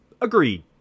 agreed